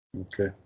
Okay